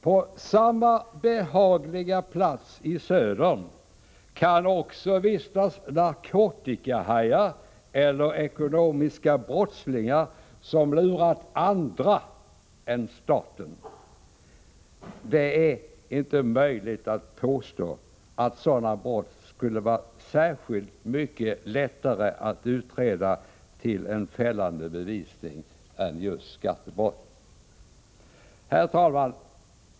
På samma behagliga plats i södern kan också vistas narkotikahajar eller ekonomiska brottslingar som lurat andra än staten. Det är inte möjligt att påstå att sådana brott skulle vara särskilt mycket lättare att utreda till en fällande bevisning än just skattebrotten. Herr talman!